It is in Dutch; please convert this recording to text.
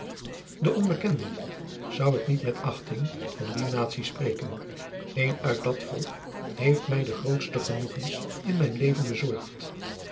de onbekende zou ik niet met achting van die natie spreken een uit dat volk heeft mij de grootste genoegens in mijn leven bezorgd